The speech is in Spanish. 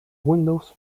windows